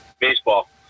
Baseball